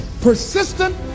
persistent